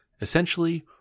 Essentially